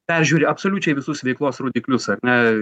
peržiūri absoliučiai visus veiklos rodiklius ar ne